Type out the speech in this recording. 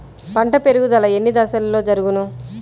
పంట పెరుగుదల ఎన్ని దశలలో జరుగును?